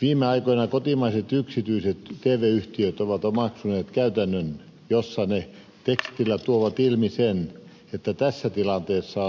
viime aikoina kotimaiset yksityiset tv yhtiöt ovat omaksuneet käytännön jossa ne tekstillä tuovat ilmi sen että tässä tilanteessa